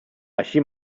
així